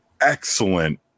excellent